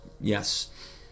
Yes